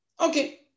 Okay